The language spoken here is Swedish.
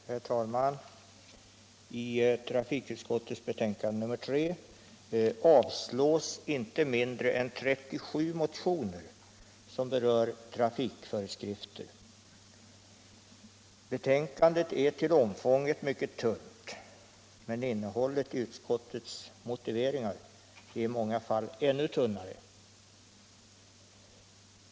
Herr talman! I trafikutskottets betänkande nr 3 avstyrks inte mindre än 37 motioner som berör trafikföreskrifter. Betänkandet är till omfånget mycket tunt. Men innehållet i utskottets motiveringar är i många fall ännu tunnare.